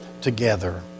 together